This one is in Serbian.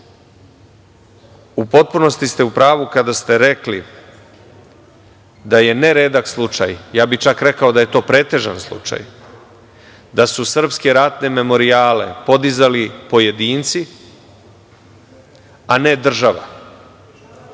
potpunosti ste u pravu kada ste rekli da je neredak slučaj, ja bih čak rekao da je to pretežan slučaj, da su srpske ratne memorijale podizali pojedinci, a ne država,